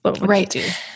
Right